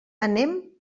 anem